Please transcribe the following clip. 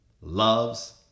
loves